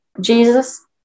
Jesus